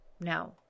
Now